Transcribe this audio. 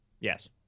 Yes